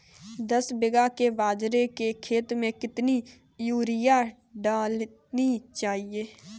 दस बीघा के बाजरे के खेत में कितनी यूरिया डालनी चाहिए?